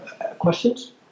Questions